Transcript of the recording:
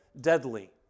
deadly